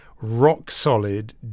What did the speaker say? rock-solid